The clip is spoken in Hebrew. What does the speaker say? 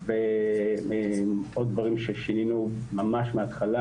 עוד דברים ששינינו ממש מההתחלה,